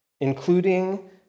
including